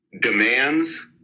demands